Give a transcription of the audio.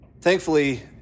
Thankfully